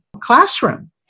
classroom